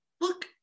look